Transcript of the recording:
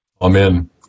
Amen